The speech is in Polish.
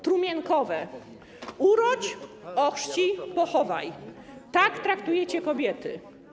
Trumienkowe - urodź, ochrzcij, pochowaj - tak traktujecie kobiety.